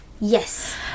Yes